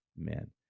Amen